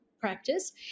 practice